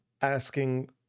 asking